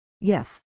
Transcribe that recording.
Yes